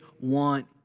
want